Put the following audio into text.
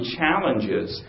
challenges